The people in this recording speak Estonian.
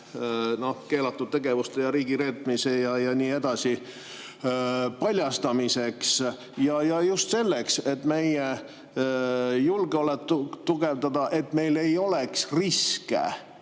keelatud tegevuste, riigireetmise ja nii edasi paljastamiseks, just selleks, et meie julgeolekut tugevdada, et meil ei oleks riske.